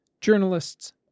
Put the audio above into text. journalists